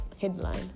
headline